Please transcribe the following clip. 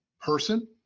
person